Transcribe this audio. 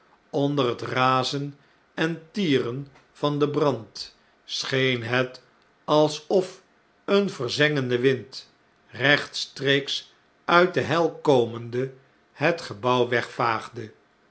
onder het razen en tieren van den brand scheen het alsof een verzengenden wind rechtstreeks uit de hel komende het gebouw